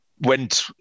went